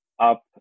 Up